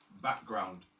background